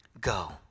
go